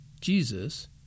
Jesus